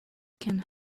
can